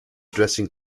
dressing